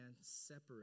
separate